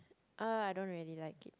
uh I don't really like it